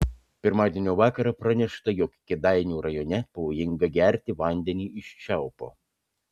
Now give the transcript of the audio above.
pirmadienio vakarą pranešta jog kėdainių rajone pavojinga gerti vandenį iš čiaupo